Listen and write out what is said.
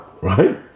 right